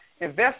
Invest